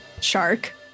shark